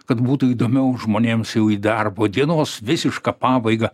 kad būtų įdomiau žmonėms jau į darbo dienos visišką pabaigą